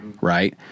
right